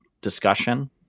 discussion